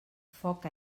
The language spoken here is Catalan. foc